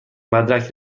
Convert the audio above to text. مدرک